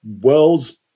world's